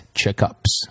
checkups